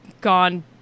gone